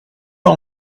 pas